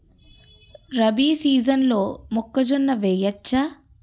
రబీ సీజన్లో మొక్కజొన్న వెయ్యచ్చా?